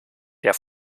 der